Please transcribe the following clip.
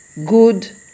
good